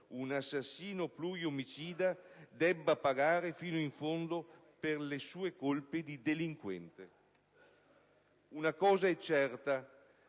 un assassino pluriomicida, paghi fino in fondo per le sue colpe di delinquente. Una cosa è certa: